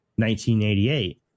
1988